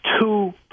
two